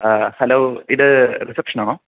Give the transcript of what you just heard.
ആ ഹലോ ഇത് റിസെപ്ഷനാണോ